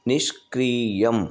निष्क्रियम्